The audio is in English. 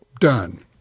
Done